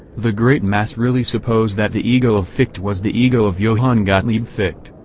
the great mass really supposed that the ego of fichte was the ego of johann gottlieb fichte,